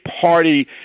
party